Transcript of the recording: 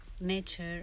nature